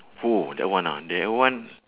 oh that one ah that one